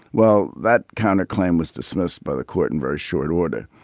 well that counterclaim was dismissed by the court in very short order.